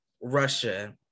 Russia